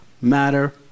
matter